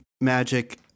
magic